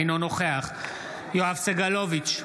אינו נוכח יואב סגלוביץ'